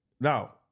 now